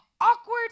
awkward